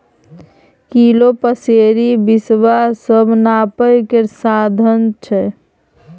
kilo, पसेरी, बिसवा सब नापय केर साधंश छै